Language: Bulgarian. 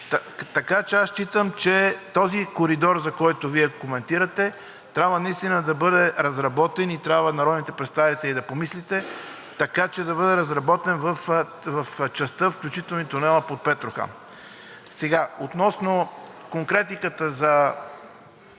Така че аз считам, че този коридор, за който Вие коментирате, трябва наистина да бъде разработен и трябва народните представители да помислите така, че да бъде разработен в частта, включително и тунелът под Петрохан.